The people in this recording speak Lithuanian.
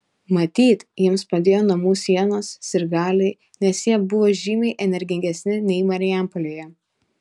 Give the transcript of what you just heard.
matyt jiems padėjo namų sienos sirgaliai nes jie buvo žymiai energingesni nei marijampolėje